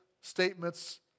statements